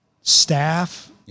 staff